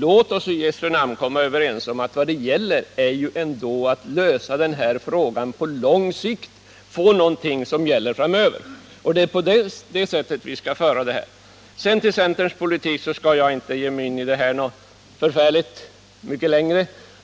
Låt oss i jösse namn komma överens om att vad det gäller är att lösa problemet på lång sikt, få någonting som gäller framöver. Det är på det sättet som vi skall föra denna fråga. Jag skall inte så mycket längre uppehålla mig vid centerns politik.